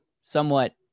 somewhat